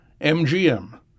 MGM